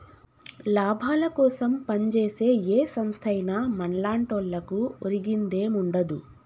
లాభాలకోసం పంజేసే ఏ సంస్థైనా మన్లాంటోళ్లకు ఒరిగించేదేముండదు